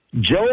Joe